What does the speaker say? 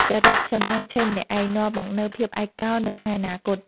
ចរិត «សំងំឆីម្នាក់ឯង» នាំមកនូវភាពឯកោនៅថ្ងៃអនាគត។